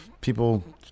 people